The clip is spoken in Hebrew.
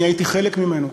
אני הייתי חלק ממנו.